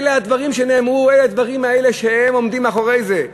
אלה הדברים שנאמרו, אלה הדברים שעומדים מאחורי זה.